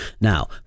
Now